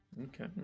Okay